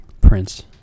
prince